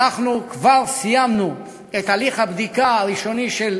ואנחנו כבר סיימנו את הליך הבדיקה הראשוני של